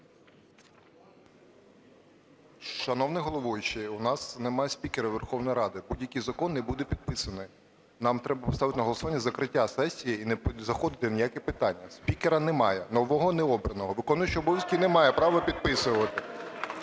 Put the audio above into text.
Шановний головуючий, у нас нема спікера Верховної Ради, будь-який закон не буде підписаний. Нам треба ставити на голосування закриття сесії і не заходити ні в які питання. Спікера немає, нового не обрано, виконуючий обов'язки не має права підписувати.